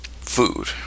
food